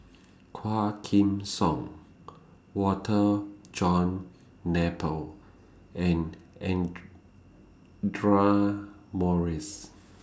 Quah Kim Song Walter John Napier and Audra Morrice